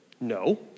No